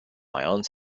ions